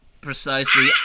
Precisely